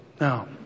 Now